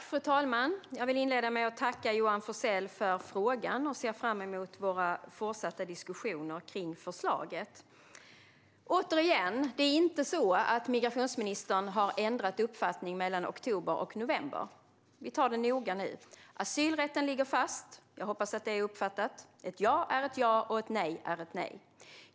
Fru talman! Jag vill inleda med att tacka Johan Forssell för frågan. Jag ser fram emot våra fortsatta diskussioner om förslaget. Det är inte så att migrationsministern har ändrat uppfattning mellan oktober och november. Vi tar det noga nu: Asylrätten ligger fast - jag hoppas att det är uppfattat. Ett ja är ett ja, och ett nej är ett nej.